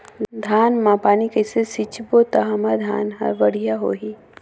धान मा पानी कइसे सिंचबो ता हमर धन हर बढ़िया होही?